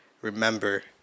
remember